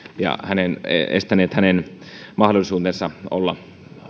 ja estäneet hänen mahdollisuutensa olla